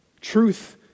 Truth